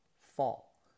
fall